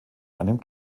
einem